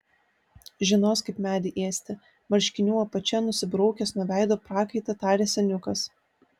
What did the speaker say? žinos kaip medį ėsti marškinių apačia nusibraukęs nuo veido prakaitą tarė seniukas